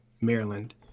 Maryland